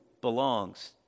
belongs